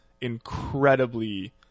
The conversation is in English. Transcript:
incredibly